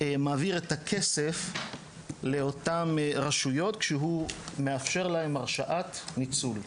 מעביר את הכסף לאותן רשויות כשהוא מאפשר להן הרשאת ניצול.